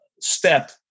step